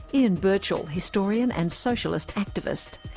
ian birchall, historian and socialist activist.